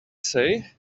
say